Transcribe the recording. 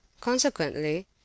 consequently